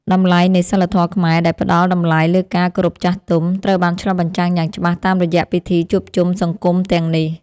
តម្លៃនៃសីលធម៌ខ្មែរដែលផ្តល់តម្លៃលើការគោរពចាស់ទុំ ត្រូវបានឆ្លុះបញ្ចាំងយ៉ាងច្បាស់តាមរយៈពិធីជួបជុំសង្គមទាំងនេះ។